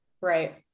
Right